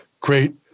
great